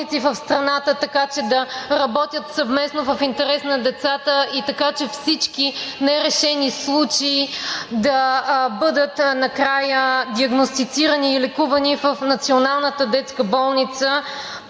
в страната, така че да работят съвместно в интерес на децата и така че всички нерешени случаи да бъдат накрая диагностицирани и лекувани в Националната детска болница